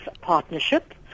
partnership